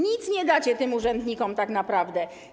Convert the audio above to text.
Nic nie dacie tym urzędnikom tak naprawdę.